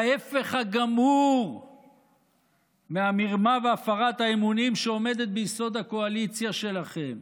ההפך הגמור מהמרמה והפרת האמונים שעומדת ביסוד הקואליציה שלכם,